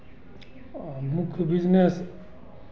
आ मुख्य बिज़नेस